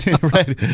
right